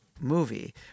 movie